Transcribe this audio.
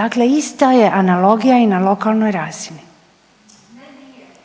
Dakle, ista je analogija i na lokalnoj razini. Ja